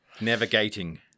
navigating